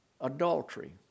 adultery